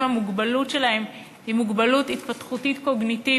המוגבלות שלהם היא מוגבלות התפתחותית-קוגניטיבית,